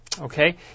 Okay